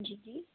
जी जी